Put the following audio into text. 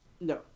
No